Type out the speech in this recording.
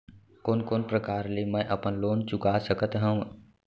कोन कोन प्रकार ले मैं अपन लोन चुका सकत हँव?